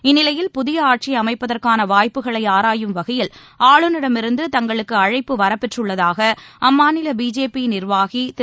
இந்நிலையில் புதிய ஆட்சி அமைப்பதற்கான வாய்ப்புகளை ஆராயும் வகையில் ஆளுநரிடமிருந்து தங்களுக்கு அழைப்பு வரப்பெற்றுள்ளதாக அம்மாநில பிஜேபி நிர்வாகி திரு